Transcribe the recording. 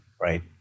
right